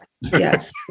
Yes